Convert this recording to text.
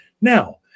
Now